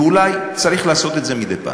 ואולי צריך לעשות את זה מדי פעם.